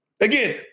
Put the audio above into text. Again